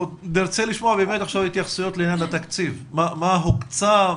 אנחנו נרצה באמת לשמוע התייחסויות לגבי התקציב מה הוקצה,